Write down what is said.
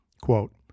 quote